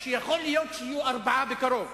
יכול להיות שיהיו ארבעה בקרוב.